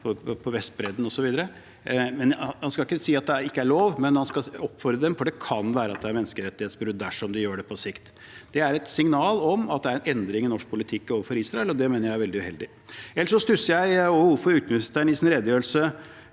på Vestbredden og så videre. Man skal ikke si at det ikke er lov, men man skal oppfordre dem, for det kan være at det er et menneskerettighetsbrudd på sikt dersom de gjør det. Det er et signal om en endring i norsk politikk overfor Israel, og det mener jeg er veldig uheldig. Ellers stusser jeg over hvorfor utenriksministeren i sin redegjørelse